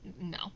no